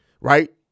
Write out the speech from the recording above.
right